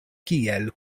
kiel